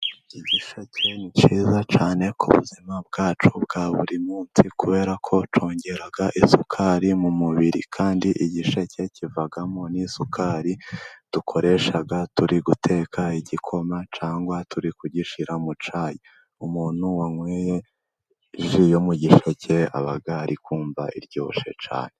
Igisheke ni cyiza cyane ku buzima bwacu bwa buri munsi, kubera ko cyongera isukari mu mubiri, kandi igisheke kivamo n'isukari dukoreshaga turi guteka igikoma cyangwa turi kuyishyira mu cyayi. Umuntu wanyweye isukari yo mu gisheke aba ari kumva iryoshye cyane.